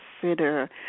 consider